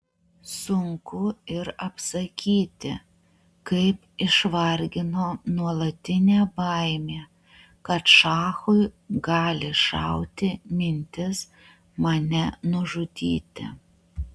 sunku ir apsakyti kaip išvargino nuolatinė baimė kad šachui gali šauti mintis mane nužudyti